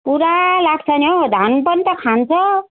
पुरा लाग्छ नि हौ धान पनि त खान्छ